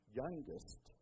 youngest